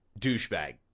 douchebag